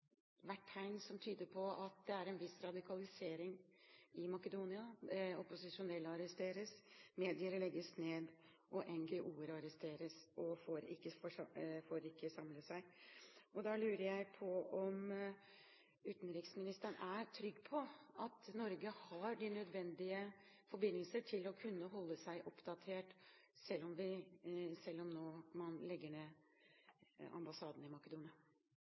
tegn som tyder på at det er en viss radikalisering i Makedonia. Opposisjonelle arresteres, medier legges ned, og NGO-ere arresteres og får ikke samle seg. Jeg lurer da på om utenriksministeren er trygg på at Norge har de nødvendige forbindelser til å kunne holde seg oppdatert, selv om man nå legger ned ambassaden i Makedonia.